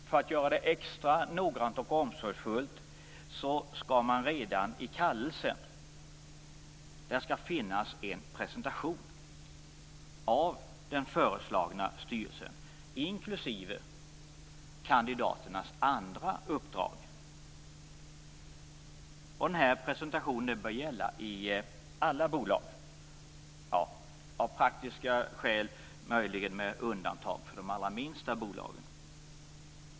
För att göra det extra noggrant och omsorgsfullt skall det redan i kallelsen finnas en presentation av den föreslagna styrelsen inklusive kandidaternas andra uppdrag. Presentationen bör gälla i alla bolag - av praktiska skäl möjligen med undantag av de allra minsta.